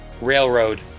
Railroad